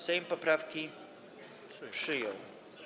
Sejm poprawki przyjął.